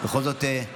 בכל זאת,